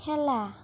খেলা